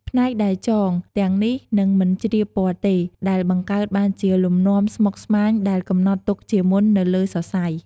ផ្នែកដែលចងទាំងនេះនឹងមិនជ្រាបពណ៌ទេ ដែលបង្កើតបានជាលំនាំស្មុគស្មាញដែលកំណត់ទុកជាមុននៅលើសរសៃ។